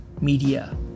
media